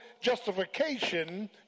justification